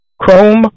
Chrome